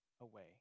away